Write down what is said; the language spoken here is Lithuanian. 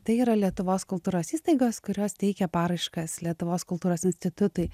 tai yra lietuvos kultūros įstaigos kurios teikia paraiškas lietuvos kultūros institutai